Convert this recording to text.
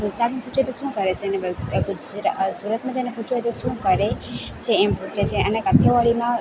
વલસાડમાં પૂછીએ તો શું કરે છે અને સુરતમાં તેને પૂછવું હોય તો શું કરે છે એમ પૂછે છે અને કાઠિયાવાડીમાં